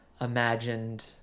imagined